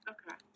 Okay